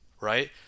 right